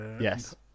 Yes